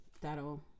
that'll